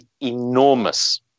enormous